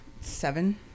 seven